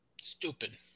Stupid